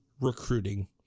recruiting